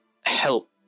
help